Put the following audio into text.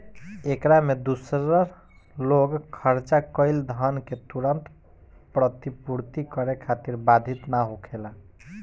एकरा में दूसर लोग खर्चा कईल धन के तुरंत प्रतिपूर्ति करे खातिर बाधित ना होखेला